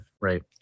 right